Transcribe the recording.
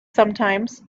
sometimes